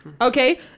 Okay